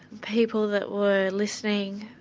people that were listening,